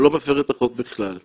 הוא לא מפר את החוק בכלל.